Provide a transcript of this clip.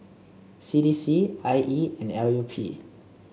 C D C I E and L U P